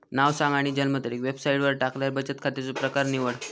नाव सांग आणि जन्मतारीख वेबसाईटवर टाकल्यार बचन खात्याचो प्रकर निवड